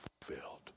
fulfilled